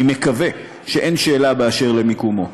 אני מקווה שאין שאלה באשר למקומו.